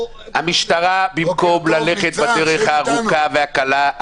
במקום ללכת בדרך הארוכה והקלה,